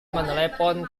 menelepon